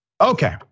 Okay